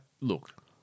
look